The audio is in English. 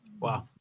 Wow